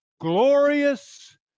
glorious